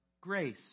grace